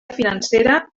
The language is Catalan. financera